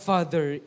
Father